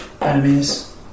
enemies